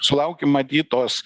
sulaukim matyt tos